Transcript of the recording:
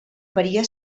varia